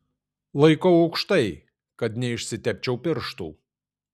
laikau aukštai kad neišsitepčiau pirštų